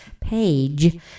page